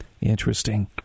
Interesting